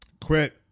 Quit